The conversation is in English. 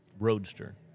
roadster